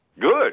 Good